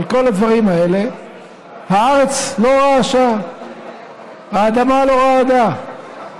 על כל הדברים האלה הארץ לא רעשה, האדמה לא רעדה.